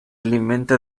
alimenta